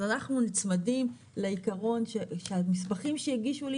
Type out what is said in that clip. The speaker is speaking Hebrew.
אז אנחנו נצמדים לעיקרון שהמסמכים שהגישו לי